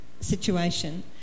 situation